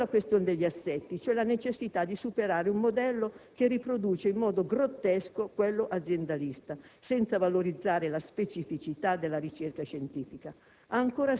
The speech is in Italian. C'è' poi la questione degli assetti, cioè la necessità di superare un modello che riproduce in modo grottesco quello aziendalista, senza valorizzare le specificità della ricerca scientifica: